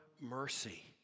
mercy